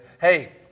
Hey